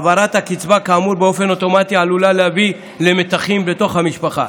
העברת הקצבה כאמור באופן אוטומטי עלולה להביא למתחים בתוך המשפחה,